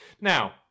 Now